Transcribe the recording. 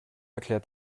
erklärt